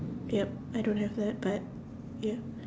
yup I don't have that but ya